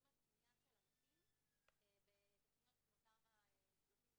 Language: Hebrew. על קניין של אנשים בתוכניות כמו תמ"א 38